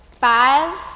five